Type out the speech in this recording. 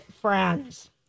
friends